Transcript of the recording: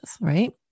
right